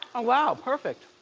ah wow, perfect.